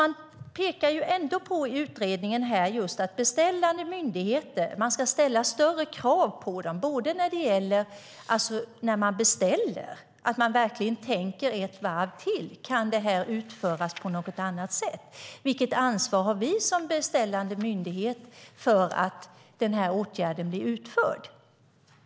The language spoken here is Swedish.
Man pekar ändå på i utredningen att det ska ställas större krav på beställande myndigheter. Man ska verkligen tänka ett varv till: Kan det här utföras på något annat sätt? Vilket ansvar har vi som beställande myndighet för att den här åtgärden blir utförd?